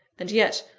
and yet,